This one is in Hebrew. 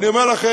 ואני אומר לכם,